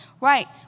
right